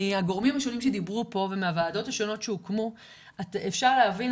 מהגורמים השונים שדיברו פה ומהוועדות השונות שהוקמו אפשר להבין,